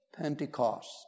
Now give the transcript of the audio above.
Pentecost